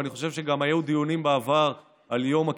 ואני חושב שגם היו דיונים בעבר על יום הכיפורים,